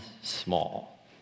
small